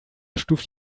stuft